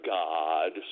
god